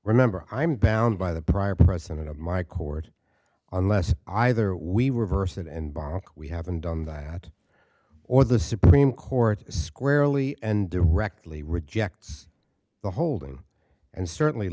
remember i'm bound by the prior precedent of my court unless either we reverse it and we haven't done that or the supreme court squarely and directly rejects the holding and certainly